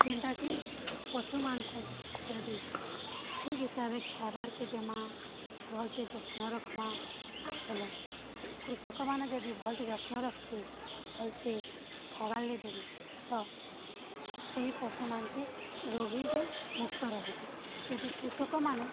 ଯେନ୍ଟାକି ପଶୁମାନଙ୍କୁ ଯଦି ଠିକ ହିସାବରେ ଖାଇବାର୍କେ ଦେମା ଭଲସେ ଯତ୍ନ ରଖ୍ମା ବୋଲେ କୃଷକମାନେ ଯଦି ଭଲସେ ଯତ୍ନ ରଖିବେ ଭଲସେ ଖାଇବାର ଲାଗି ଦେବେ ତ ସେଇ ପଶୁମାନକେ ରୋଗୀରେ ମୁକ୍ତ ରହିବେ ଯଦି କୃଷକମାନେ